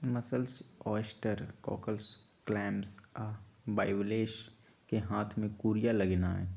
mussels, oysters, cockles, clams आ bivalves कें हाथ से कूरिया लगेनाइ